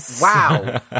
Wow